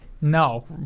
No